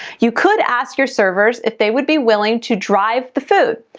you could ask your servers if they would be willing to drive the food.